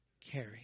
carry